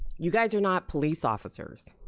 you guys are not police officers,